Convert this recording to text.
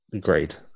Great